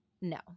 No